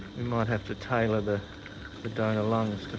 might have to tailor the but donor lungs